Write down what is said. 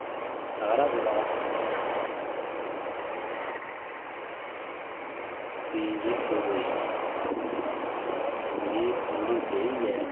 सारें कोला पैह्लें अस बाऽ गी परूली दिन्ने बीऽ गी परूली देइयै